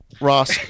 ross